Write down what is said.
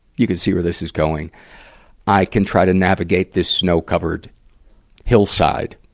you can see where this is going i can try to navigate this snow-covered hillside.